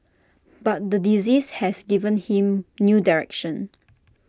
but the disease has given him new direction